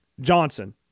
johnson